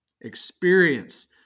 experience